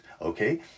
okay